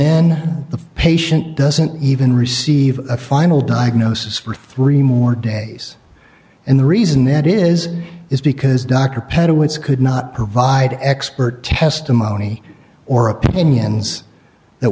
then the patient doesn't even receive a final diagnosis for three more days and the reason that is is because dr petit which could not provide expert testimony or opinions that